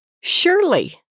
surely